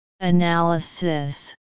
Analysis